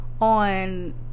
on